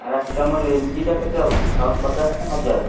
paracetamol M ଜିଟା କେତେ ଆସୁଛି ଛଅଶହ ପଚାଶ ନା ହଜାରେ